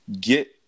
get